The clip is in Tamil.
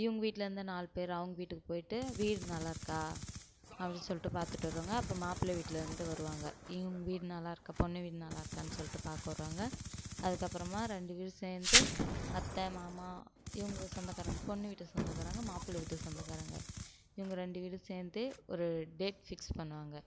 இவங்க வீட்டில் இருந்து நாலு பேர் அவங்க வீட்டுக்கு போய்விட்டு வீடு நல்லாயிருக்கா அப்படி சொல்லிட்டு பார்த்துட்டு வருவாங்க அப்புறம் மாப்பிளை வீட்டில் இருந்து வருவாங்க இவங்க வீடு நல்லா இருக்கா பொண்ணு வீடு நல்லாயிருக்கானு சொல்லிட்டு பார்க்க வருவாங்க அதுக்கப்புறமா ரெண்டு வீடும் சேர்ந்து அத்தை மாமா இவங்க சொந்தக்காரங்கள் பொண்ணு வீட்டு சொந்தக்காரங்கள் மாப்பிளை வீட்டு சொந்தக்காரங்கள் இவங்க ரெண்டு வீடும் சேர்ந்து ஒரு டேட் ஃபிக்ஸ் பண்ணுவாங்க